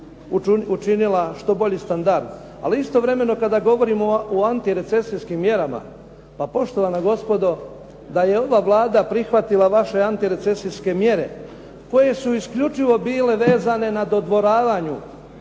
učinila što bolji standard. Ali istovremeno kada govorimo o antirecesijskim mjerama. Pa poštovana gospodo, da je ova Vlada prihvatila vaše antirecesijske mjere koje su isključivo bile vezane na dodvoravanju